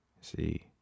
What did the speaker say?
See